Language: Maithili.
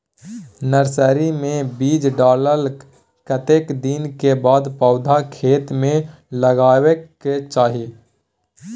नर्सरी मे बीज डाललाक कतेक दिन के बाद पौधा खेत मे लगाबैक चाही?